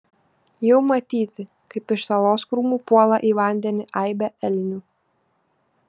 jau matyti kaip iš salos krūmų puola į vandenį aibė elnių